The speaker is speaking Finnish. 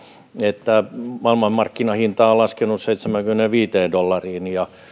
että maailmanmarkkinahinta on laskenut seitsemäänkymmeneenviiteen dollariin ja